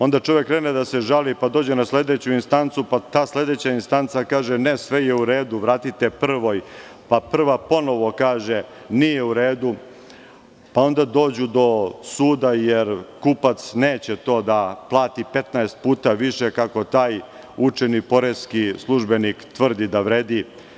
Onda čovek krene da se žali, pa dođe na sledeću instancu, pa sledeća instanca kaže – ne, sve je u redu, vratite prvoj, pa prva ponovo kaže da nije u redu, pa onda dođu do suda, jer kupac neće to da plati 15 puta više, kako taj učeni poreski službenik tvrdi da vredi.